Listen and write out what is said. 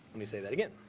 and you say that again.